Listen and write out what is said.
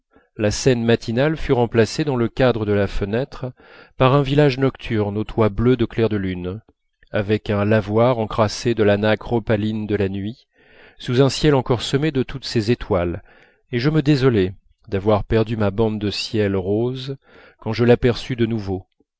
la scène matinale fut remplacée dans le cadre de la fenêtre par un village nocturne aux toits bleus de clair de lune avec un lavoir encrassé de la nacre opaline de la nuit sous un ciel encore semé de toutes ses étoiles et je me désolais d'avoir perdu ma bande de ciel rose quand je l'aperçus de nouveau